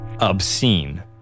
obscene